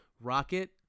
rocket